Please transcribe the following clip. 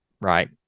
right